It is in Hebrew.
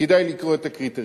כדאי לקרוא את הקריטריונים.